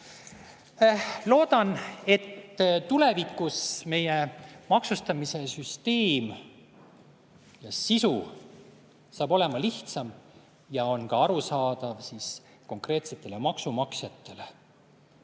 Loodan, et tulevikus meie maksustamise süsteem ja sisu saab olema lihtsam ja on arusaadav kõigile konkreetsetele maksumaksjatele.